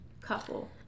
couple